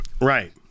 Right